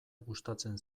gustatzen